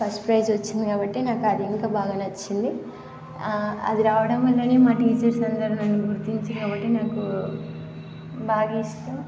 first prize వచ్చింది కాబట్టి నాకు అది ఇంకా బాగా నచ్చింది అది రావడం వల్లనే మా టీచర్స్ అందరూ నన్ను గుర్తించారు కాబట్టి నాకు బాగా ఇష్టం